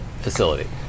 facility